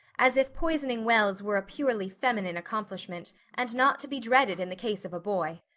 as if poisoning wells were a purely feminine accomplishment and not to be dreaded in the case of a boy.